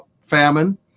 famine